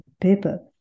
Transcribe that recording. paper